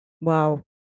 wow